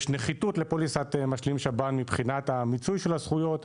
יש נחיתות לפוליסת משלים שב"ן מבחינת המיצוי של הזכויות,